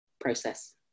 process